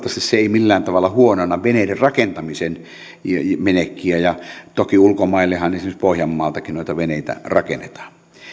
se ei millään tavalla huononna veneiden rakentamisessa menekkiä ja toki ulkomaillehan esimerkiksi pohjanmaaltakin noita veneitä rakennetaan